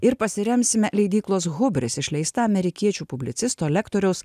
ir pasiremsime leidyklos hubris išleista amerikiečių publicisto lektoriaus